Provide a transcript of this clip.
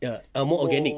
ya more organic